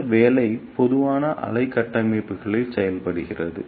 இந்த வேலை மெதுவான அலை கட்டமைப்புகளால் செய்யப்படுகிறது